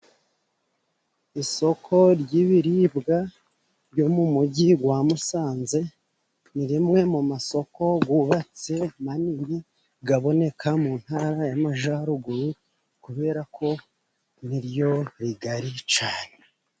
Isoko ry'ibiribwa ryo mu mujyi wa Musanze, ni rimwe mu masoko yubatse manini aboneka mu ntara y'Amajyaruguru, kubera ko niryo rigari cyane.